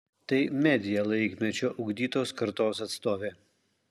tai media laikmečio ugdytos kartos atstovė